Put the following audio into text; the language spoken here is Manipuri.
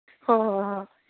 ꯍꯣꯏ ꯍꯣꯏ ꯍꯣꯏ